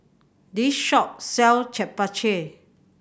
this shop sell Japchae